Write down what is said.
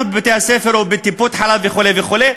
בבתי-הספר או בטיפות-חלב וכו' וכו',